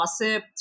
gossip